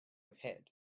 ahead